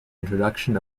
introduction